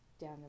down